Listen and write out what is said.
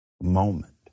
Moment